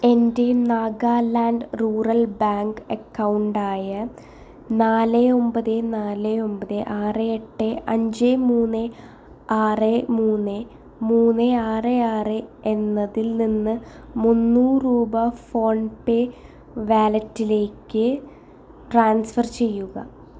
എൻ്റെ Nagaland rural bank account ആയ നാല് ഒമ്പത് നാല് ഒമ്പത് ആറ് എട്ട് അഞ്ച് മൂന്ന് ആറ് മൂന്ന് മൂന്ന് ആറ് ആറ് എന്നതിൽനിന്ന് മൂന്നൂറ് രൂപ ഫോൺ പേ വാലറ്റിലേക്ക് ട്രാൻസ്ഫെർ ചെയ്യുക